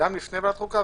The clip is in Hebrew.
לפני כמה שנים,